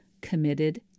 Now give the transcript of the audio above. committed